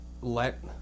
let